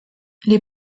les